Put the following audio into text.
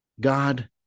God